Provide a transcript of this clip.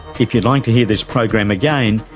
if you'd like to hear this program again,